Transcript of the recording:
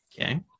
Okay